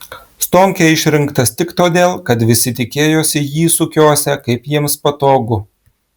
stonkė išrinktas tik todėl kad visi tikėjosi jį sukiosią kaip jiems patogu